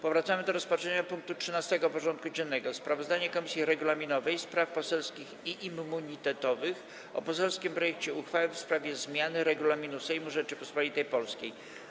Powracamy do rozpatrzenia punktu 13. porządku dziennego: Sprawozdanie Komisji Regulaminowej, Spraw Poselskich i Immunitetowych o poselskim projekcie uchwały w sprawie zmiany Regulaminu Sejmu Rzeczypospolitej Polskiej.